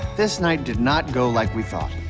this night did not go like we thought.